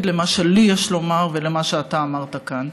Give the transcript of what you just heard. בין מה שיש לי לומר למה שאתה אמרת כאן.